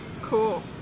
Cool